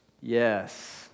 Yes